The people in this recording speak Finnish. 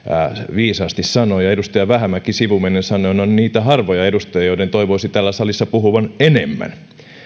viisaasti sanoi ja edustaja vähämäki sivumennen sanoen on niitä harvoja edustajia joiden toivoisi täällä salissa puhuvan enemmän